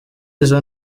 izi